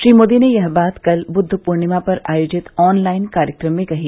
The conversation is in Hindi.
श्री मोदी ने यह बात कल बुद्व पूर्णिमा पर आयोजित ऑनलाइन कार्यक्रम में कही